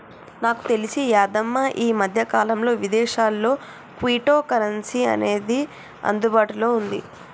నాకు తెలిసి యాదమ్మ ఈ మధ్యకాలంలో విదేశాల్లో క్విటో కరెన్సీ అనేది అందుబాటులో ఉంది